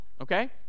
okay